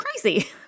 crazy